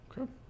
okay